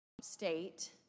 state